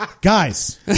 guys